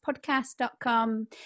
podcast.com